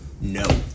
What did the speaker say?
No